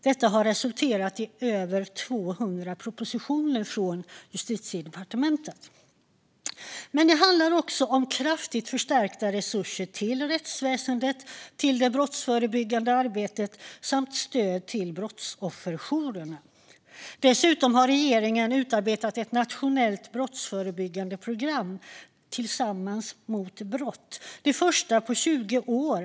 Detta har resulterat i över 200 propositioner från Justitiedepartementet. Det handlar också om kraftigt förstärkta resurser till rättsväsendet och det brottsförebyggande arbetet samt till brottsofferjourerna. Dessutom har regeringen utarbetat ett nationellt brottsförebyggande program, Tillsammans mot brott, som är det första på 20 år.